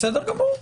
בסדר גמור.